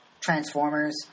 Transformers